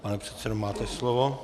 Pane předsedo, máte slovo.